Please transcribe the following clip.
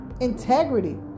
Integrity